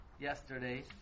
yesterday